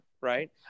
right